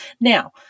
Now